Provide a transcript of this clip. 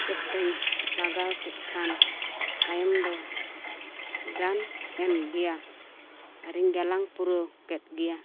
ᱪᱮᱥᱴᱟᱧ ᱞᱟᱜᱟᱣ ᱠᱮᱫ ᱠᱷᱟᱱ ᱛᱟᱭᱚᱢ ᱫᱚ ᱜᱟᱱ ᱮᱱ ᱜᱮᱭᱟ ᱟᱨ ᱤᱧ ᱜᱟᱞᱟᱝ ᱯᱩᱨᱟᱹᱣ ᱠᱮᱫ ᱜᱮᱭᱟ